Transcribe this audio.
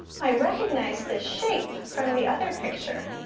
i recognize this shape from the other picture.